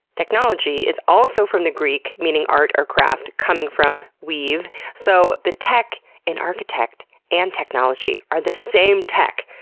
technology is also from the greek meaning art or craft, coming from weave. so the tech in in architect and technology are the same tech!